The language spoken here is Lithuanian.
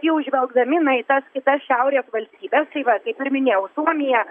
jau žvelgdami na į tas kitas šiaurės valstybės tai va kaip ir minėjau suomiją